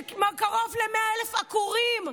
קרוב ל-100,000 עקורים?